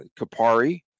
Kapari